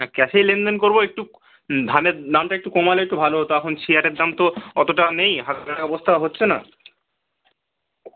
হ্যাঁ ক্যাশেই লেনদেন করবো একটু ধানের দামটা একটু কমালে একটু ভালো হতো এখন সিয়ারের দাম তো অতটাও নেই হাতে রাখা অবস্থা হচ্ছে না